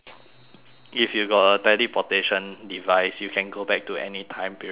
if you got a teleportation device you can go back to any time period you want